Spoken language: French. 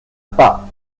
pas